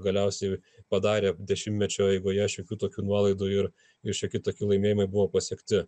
galiausiai padarė dešimtmečio eigoje šiokių tokių nuolaidų ir ir šioki toki laimėjimai buvo pasiekti